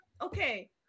okay